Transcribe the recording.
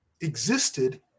existed